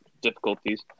Difficulties